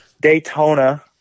Daytona